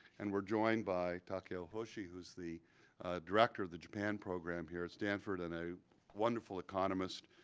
and we're joined by takeo hoshi who is the director of the japan program here at stanford and a wonderful economist,